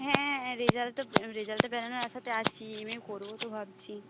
হ্যাঁ রেজাল্ট তো রেজাল্টটা বেরোনোর আশাতে আছি এমএ করব তো ভাবছি